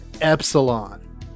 Epsilon